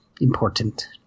important